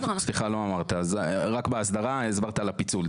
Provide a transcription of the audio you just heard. סליחה, לא אמרת, אז רק בהסדרה הסברת על הפיצול.